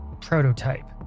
prototype